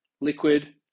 liquid